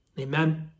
Amen